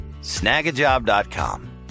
Snagajob.com